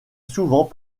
souvent